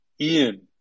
Ian